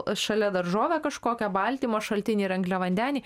šalia daržovę kažkokią baltymo šaltinį ar angliavandenį